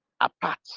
apart